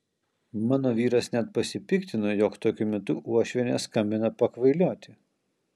mano vyras net pasipiktino jog tokiu metu uošvienė skambina pakvailioti